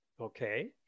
Okay